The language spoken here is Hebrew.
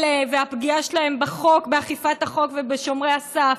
אלה, והפגיעה שלהם בחוק, באכיפת החוק ובשומרי הסף,